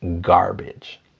garbage